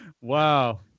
Wow